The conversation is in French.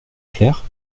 clair